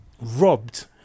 robbed